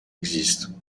existent